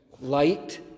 light